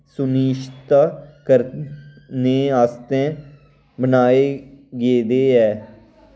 सुनिश्चत करने आस्तै बनाए गेदे ऐ